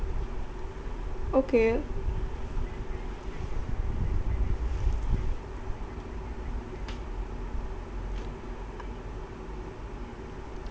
okay